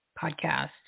podcast